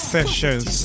Sessions